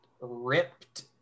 ripped